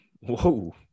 Whoa